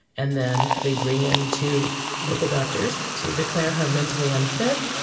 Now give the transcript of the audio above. and then they bring in two local doctors to declare her mentally unfit,